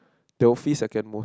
second most